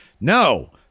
No